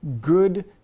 good